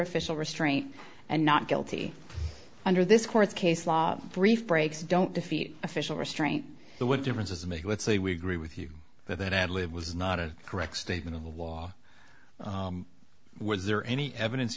official restraint and not guilty under this court's case law brief breaks don't defeat official restraint the what difference does it make with say we agree with you that that ad lib was not a correct statement of law was there any evidence